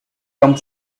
come